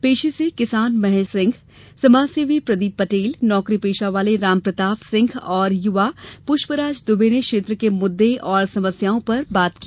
पेशे से किसान महेश सिंह समाजसेवी प्रदीप पटेल नौकरीपेशा रामप्रताप सिंह और युवा पुष्पराज दुबे ने क्षेत्र के मुद्दे और समस्याओं पर बात की